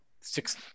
six